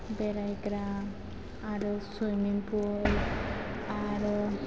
बेरायग्रा आरो सुइमिंपुल आरो